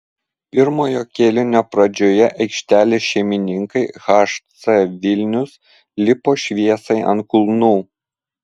pirmojo kėlinio pradžioje aikštelės šeimininkai hc vilnius lipo šviesai ant kulnų